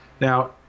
Now